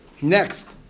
Next